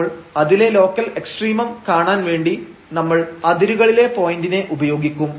അപ്പോൾ അതിലെ local extreme കാണാൻ വേണ്ടി നമ്മൾ അതിരുകളിലെ പോയന്റിനെ ഉപയോഗിക്കും